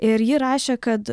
ir ji rašė kad